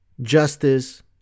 Justice